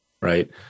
right